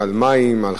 על חשמל,